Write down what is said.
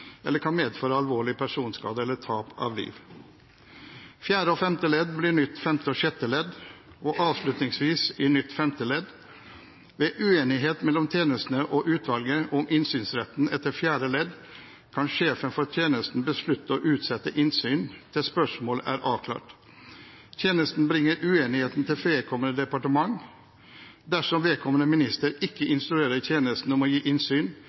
eller kan medføre alvorlig personskade eller tap av liv. § 8 nåværende fjerde og femte ledd blir femte og nytt sjette ledd. § 8 femte ledd nytt tredje – femte punktum skal lyde: Ved uenighet mellom tjenesten og utvalget om innsynsretten etter fjerde ledd, kan sjefen for tjenesten beslutte å utsette innsyn til spørsmålet er avklart. Tjenesten bringer uenighet til vedkommende departement. Dersom vedkommende minister ikke instruerer tjenesten om å